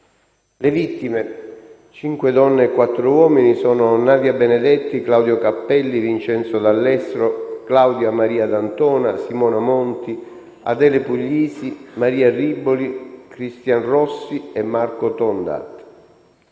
Le vittime, cinque donne e quattro uomini sono Nadia Benedetti, Claudio Cappelli, Vincenzo D'Allestro, Claudia Maria D'Antona, Simona Monti, Adele Puglisi, Maria Riboli, Cristian Rossi e Marco Tondat.